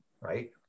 right